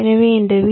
எனவே இந்த வி